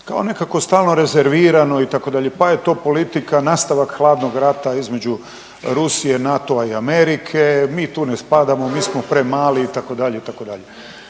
Kao nekako stalno rezervirano itd. pa je to politika nastavak hladnog rata između Rusije, NATO-a i Amerike. Mi tu ne spadamo, mi smo premali itd. itd.